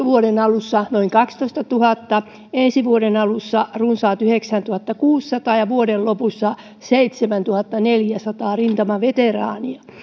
vuoden alussa noin kaksitoistatuhatta ensi vuoden alussa runsaat yhdeksäntuhattakuusisataa ja vuoden lopussa seitsemäntuhattaneljäsataa rintamaveteraania